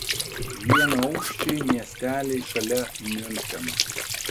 vienaaukščiai miesteliai šalia miuncheno